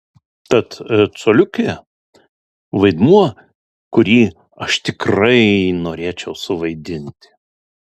tad coliukė vaidmuo kurį aš tikrai norėčiau suvaidinti